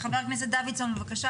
קיימנו דיון ארוך בדיון הקודם שלנו.